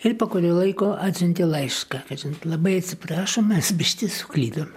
ir po kurio laiko atsiuntė laišką kad labai atsiprašom mes biškį suklydom